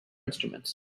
instruments